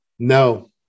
No